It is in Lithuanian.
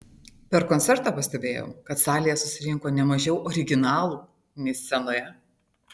per koncertą pastebėjau kad salėje susirinko ne mažiau originalų nei scenoje